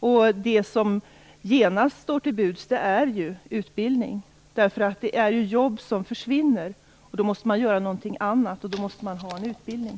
Den åtgärd som genast står till buds är utbildning. Det är ju fråga om jobb som försvinner, och då måste man göra någonting annat. För det måste man ha en utbildning.